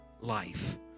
life